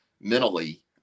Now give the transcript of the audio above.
mentally